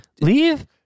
leave